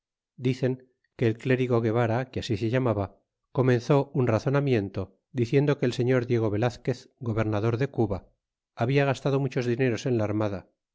dicen que el clérigo guevara que as se llamaba comenzó un razonamiento diciendo que el señor diego velazquez gobernador de cuba habla gastado muchas dineros en la armada